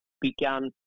began